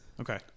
Okay